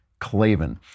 Clavin